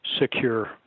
secure